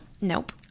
nope